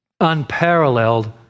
Unparalleled